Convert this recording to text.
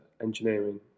engineering